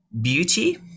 beauty